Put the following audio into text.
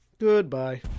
goodbye